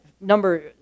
number